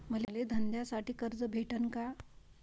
मले धंद्यासाठी कर्ज भेटन का?